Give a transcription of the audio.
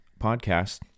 podcast